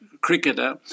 cricketer